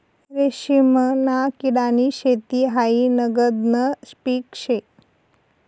रेशीमना किडानी शेती हायी नगदनं पीक शे